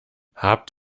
habt